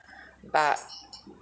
but